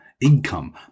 income